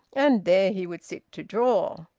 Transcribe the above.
and there he would sit to draw!